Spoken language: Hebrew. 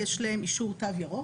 יש להם אישור תו ירוק,